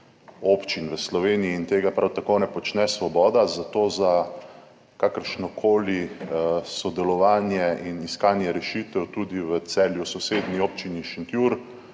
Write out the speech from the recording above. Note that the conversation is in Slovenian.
občin v Sloveniji. In tega prav tako ne počne Svoboda. Zato za kakršnokoli sodelovanje in iskanje rešitev, tudi v Celju, v sosednji občini Šentjur